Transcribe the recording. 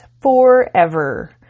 forever